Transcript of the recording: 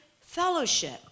fellowship